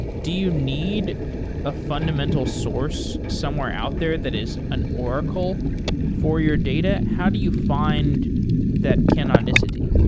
do you need a fundamental source somewhere out there that is an oracle for your data? how do you find that canonicity?